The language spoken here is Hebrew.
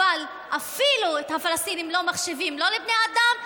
אבל את הפלסטינים לא מחשיבים אפילו לבני אדם.